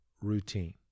routine